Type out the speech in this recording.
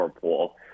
pool